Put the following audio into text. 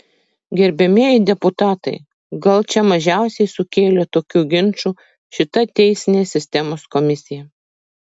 gerbiamieji deputatai gal čia mažiausiai sukėlė tokių ginčų šita teisinės sistemos komisija